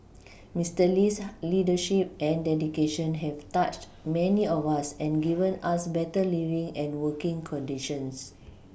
Mister Lee's leadership and dedication have touched many of us and given us better living and working conditions